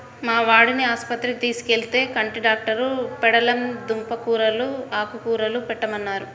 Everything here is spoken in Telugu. మా వాడిని ఆస్పత్రికి తీసుకెళ్తే, కంటి డాక్టరు పెండలం దుంప కూరలూ, ఆకుకూరలే పెట్టమన్నారు